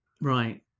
Right